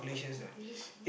calculation